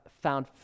found